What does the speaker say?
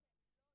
בוקר טוב,